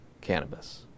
cannabis